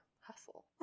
hustle